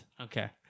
Okay